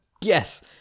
Yes